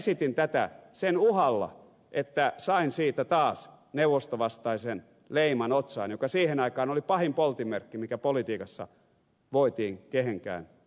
esitin tätä sen uhalla että sain siitä taas neuvostovastaisen leiman otsaan joka siihen aikaan oli pahin poltinmerkki mikä politiikassa voitiin kehenkään lyödä